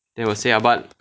they will say ah but